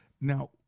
Now